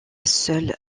seule